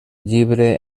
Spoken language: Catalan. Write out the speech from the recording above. llibre